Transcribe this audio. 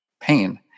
pain